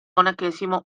monachesimo